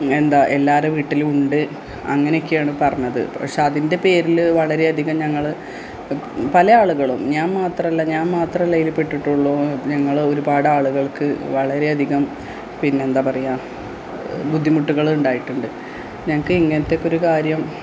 എന്താ എല്ലാവരുടെ വീട്ടിലും ഉണ്ട് അങ്ങനെയൊക്കെയാണ് പറഞ്ഞത് പക്ഷേ അതിൻ്റെ പേരിൽ വളരെ അധികം ഞങ്ങൾ പല ആളുകളും ഞാൻ മാത്രമല്ല ഞാൻ മാത്രമല്ല ഇതിൽ പെട്ടിട്ടുള്ളു ഞങ്ങൾ ഒരുപാടാളുകൾക്ക് വളരേ അധികം പിന്നെന്താ പറയുക ബുദ്ധിമുട്ടുകൾ ഉണ്ടായിട്ടുണ്ട് ഞങ്ങൾക്ക് ഇങ്ങനത്തെക്കൊരു കാര്യം